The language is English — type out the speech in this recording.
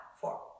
Four